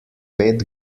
pet